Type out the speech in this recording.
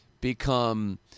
become